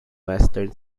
western